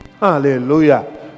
Hallelujah